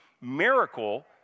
miracle